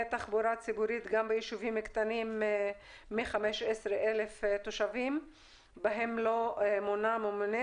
תחבורה ציבורית גם ביישובים קטנים מ-15,000 תושבים בהם לא מונה ממונה,